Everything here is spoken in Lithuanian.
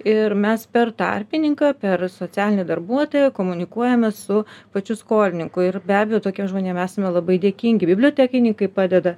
ir mes per tarpininką per socialinį darbuotoją komunikuojame su pačiu skolininku ir be abejo tokiem žmonėm esame labai dėkingi bibliotekininkai padeda